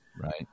Right